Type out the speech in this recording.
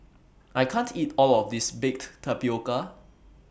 I can't eat All of This Baked Tapioca